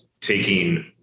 taking